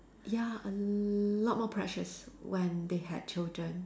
ya a lot more precious when they had children